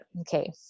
Okay